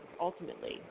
ultimately